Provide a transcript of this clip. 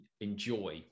enjoy